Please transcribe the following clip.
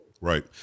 Right